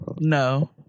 No